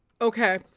Okay